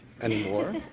anymore